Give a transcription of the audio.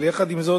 אבל יחד עם זאת,